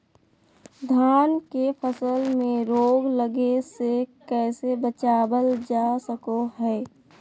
धान के फसल में रोग लगे से कैसे बचाबल जा सको हय?